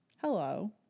Hello